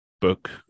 book